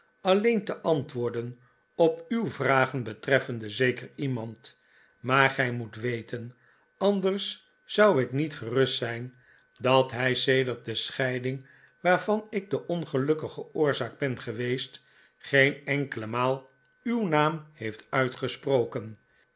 alleen te antwoorden op uw vragen betreffende zeker iemand maar gij moet weten anders zou ik niet gerust zijn dat hij sedert de scheiding waarvan ik de ongelukkige oorzaak ben geweest geen enkele maal uw naam heeft uitgesproken